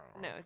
No